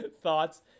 thoughts